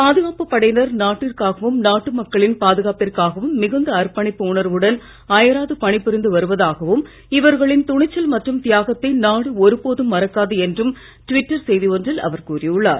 பாதுகாப்பு படையினர் நாட்டிற்காகவும் நாட்டு மக்களின் பாதுகாப்பிற்காகவும் மிகுந்த அர்பணிப்பு உணர்வுடன் அயராது பணிபுரிந்து வருவதாகவும் இவர்களின் துணிச்சல் மற்றும் தியாகத்தை நாடு ஒருபோதும் மறக்காது என்றும் ட்விட்டர் செய்தி ஒன்றில் அவர் கூறியுள்ளார்